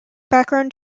background